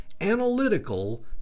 analytical